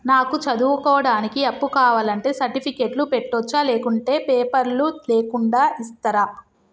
నాకు చదువుకోవడానికి అప్పు కావాలంటే సర్టిఫికెట్లు పెట్టొచ్చా లేకుంటే పేపర్లు లేకుండా ఇస్తరా?